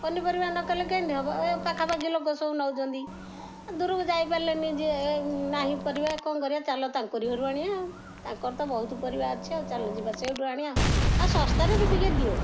ପନିପରିବା ନ କଲେ କେମିତି ହବ ଏ ପାଖାପାଖି ଲୋକ ସବୁ ନଉଛନ୍ତି ଆ ଦୂରକୁ ଯାଇପାରିଲାନି ଯିଏ ନାହିଁ ପରିବା କ'ଣ କରିବା ଚାଲ ତାଙ୍କରି ଘରୁ ଆଣିବା ଆଉ ତାଙ୍କର ତ ବହୁତ ପରିବା ଅଛି ଆଉ ଚାଲ ଯିବା ସେଇଠୁ ଆଣିବା ଆଉ ଶସ୍ତାରେ ବି ଟିକେ ଦେଉ